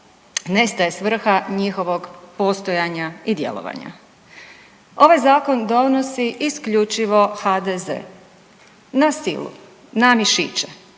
Nestaje svrha njihovog postojanja i djelovanja. Ovaj zakon donosi isključivo HDZ. Na silu. Na mišiće.